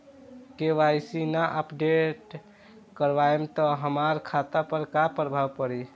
KYC ना update करवाएम त हमार खाता पर का प्रभाव पड़ी?